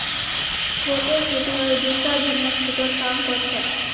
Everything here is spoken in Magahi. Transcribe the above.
छोटे खेतिहर दूसरा झनार खेतत काम कर छेक